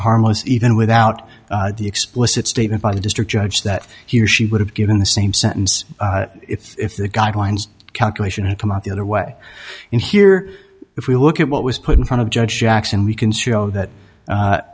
harmless even without the explicit statement by the district judge that he or she would have given the same sentence if the guidelines calculation had come up the other way in here if we look at what was put in front of judge jackson we can see that